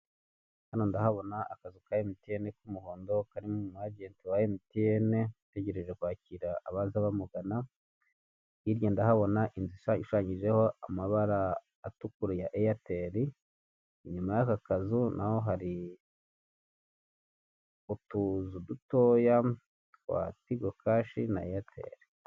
Hano ndahabona akazu ka MTN k'umuhondo, karimo umu ajenti wa MTN utegereje kwakira abaze bamugana, hirya ndahabona inzu ishushanyijeho amabara atukura ya Eyateli, inyuma y'aka kazu, naho hari utuzu dutoya twa Tigo Cash na Airtel.